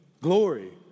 glory